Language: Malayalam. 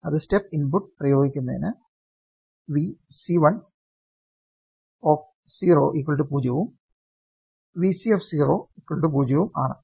നിങ്ങൾ സ്റ്റെപ്പ് ഇൻപുട്ട് പ്രയോഗിക്കുന്നതിന് മുമ്പ് Vc1 0 ഉം Vc 0 ഉം ആണ്